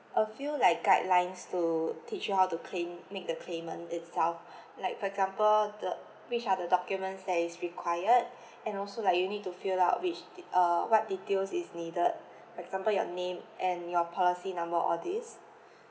a few like guidelines to teach you how to claim make the claimant itself like for example the which are the documents that is required and also like you need to fill up which de~ uh what details is needed for example your name and your policy number all this